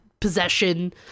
possession